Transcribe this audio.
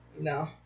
No